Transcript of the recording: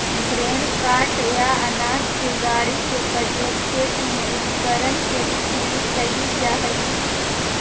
grain cart या अनाज के गाड़ी के प्रयोग खेत के उपकरण के रूप में कईल जा हई